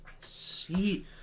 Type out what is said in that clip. see